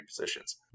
positions